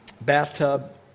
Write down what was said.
bathtub